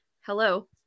Hello